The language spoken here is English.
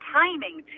timing